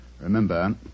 Remember